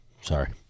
Sorry